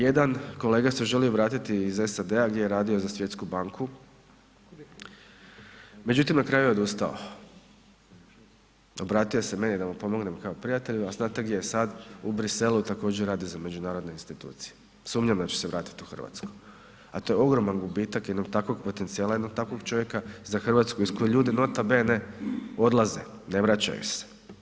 Jedan kolega se želio vratiti iz SAD-a gdje je radio za Svjetsku banku, međutim na kraju je odustao, obratio se meni da mu pomognem kao prijatelju, a strategija je sad u Briselu također rade za međunarodne institucije, sumnjam da će se vratit u RH, a to je ogroman gubitak jednog takvog potencijala, jednog takvog čovjeka za RH iz koje ljudi nota bene odlaze, ne vraćaju se.